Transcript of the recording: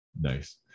Nice